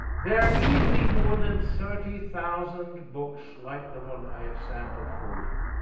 there are easily more than thirty thousand books like the one i have sampled for you,